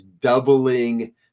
doubling